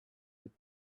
your